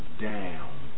down